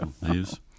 Leaves